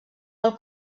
del